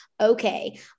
Okay